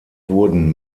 wurden